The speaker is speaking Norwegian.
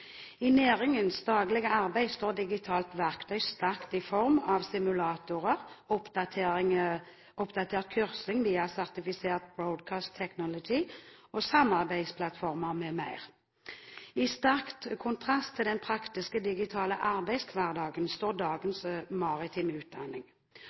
I næringens daglige arbeid står digitale verktøy sterkt i form av simulatorer, oppdatert kursing via sertifisert Broadcast Technology, samarbeidsplattformer m.m. I sterk kontrast til denne praktiske digitale arbeidshverdagen står